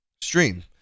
stream